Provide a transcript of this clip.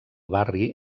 barri